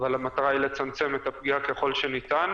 והמטרה היא לצמצם את הפגיעה ככל שניתן.